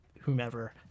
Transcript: whomever